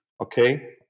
Okay